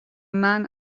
man